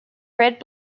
red